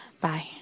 Bye